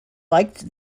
liked